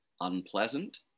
unpleasant